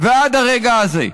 ועד הרגע הזה.